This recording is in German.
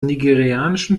nigerianischen